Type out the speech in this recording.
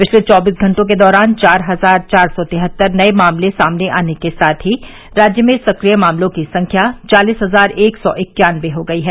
पिछले चौबीस घंटों के दौरान चार हजार चार सौ तिहत्तर नए मामले सामने आने के साथ ही राज्य में सक्रिय मामलों की संख्या चालीस हजार एक सौ इक्यानबे हो गई है